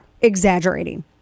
Exaggerating